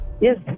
Yes